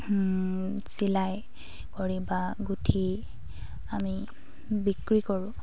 চিলাই কৰি বা গুঁঠি আমি বিক্ৰী কৰোঁ